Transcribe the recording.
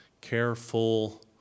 careful